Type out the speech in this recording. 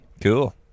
Cool